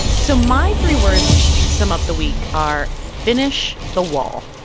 so my three words to sum up the week are finish the wall.